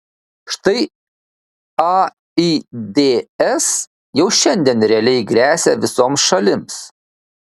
štai aids jau šiandien realiai gresia visoms šalims